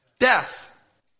death